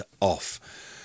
off